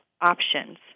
options